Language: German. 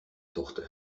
tochter